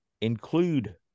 include